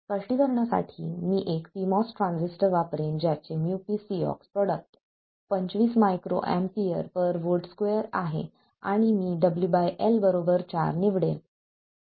स्पष्टीकरणासाठी मी एक pMOS ट्रान्झिस्टर वापरेन ज्याचे µpcox प्रोडक्ट 25 µA V2 आहे आणि मी WL4 निवडेल